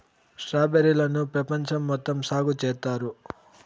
strawberry లను పెపంచం మొత్తం సాగు చేత్తారు